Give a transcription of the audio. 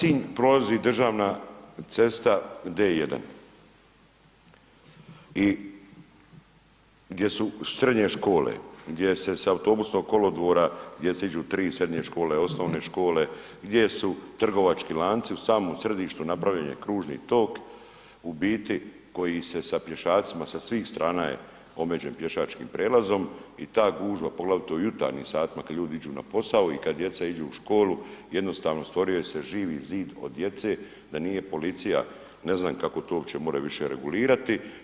Kroz grad Sinj prolazi državna cesta D1 i gdje su srednje škole, gdje se s autobusnog kolodvora, gdje se idu 3 srednje škole, osnovne škole, gdje su trgovački lanci u samom središtu napravljen je kružni tok, u biti, koji se sa pješacima, sa svih strana je omeđen pješačkim prijelazom i ta gužva, poglavito u jutarnjim satima kad ljudi idu na posao i kad djeca idu u školu, jednostavno, stvorio se živi zid od djece, da nije policija, ne znam kako to uopće može više regulirati.